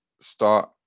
start